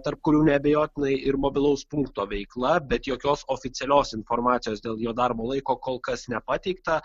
tarp kurių neabejotinai ir mobilaus punkto veikla bet jokios oficialios informacijos dėl jo darbo laiko kol kas nepateikta